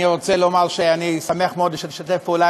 אני רוצה לומר שאני שמח מאוד לשתף פעולה